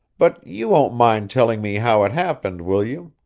but you won't mind telling me how it happened, will you?